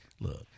Look